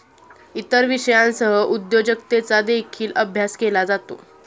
इतर विषयांसह उद्योजकतेचा देखील अभ्यास केला जातो